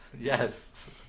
Yes